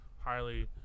highly